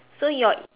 so your